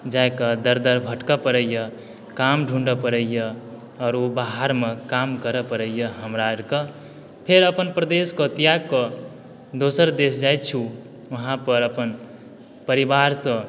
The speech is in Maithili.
जाइ कऽ दर दर भटकऽ पड़ैया काम ढूँढ़य पड़ैया आओर ओ बाहर मे काम करय पड़ैया हमरा आरके फेर अपन प्रदेशके त्याग कऽ दोसर देश जाइछू वहाँ पर अपन परिवार सँ